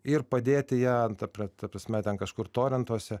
ir padėti ją ant apra ta prasme ten kažkur torentuose